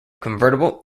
convertible